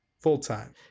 full-time